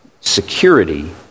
security